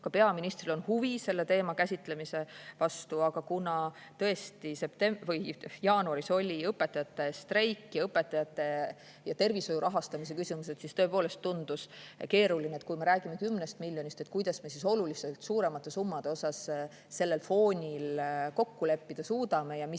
ka peaministril on huvi selle teema käsitlemise vastu, aga kuna tõesti jaanuaris oli õpetajate streik ja õpetajate rahastamise küsimused, siis tundus keeruline, et kui me räägime 10 miljonist, kuidas me siis oluliselt suuremate summade osas sellel foonil kokku leppida suudame ja mis